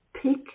pick